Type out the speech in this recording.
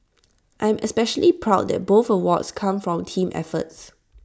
I am especially proud that both awards come from team efforts